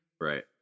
Right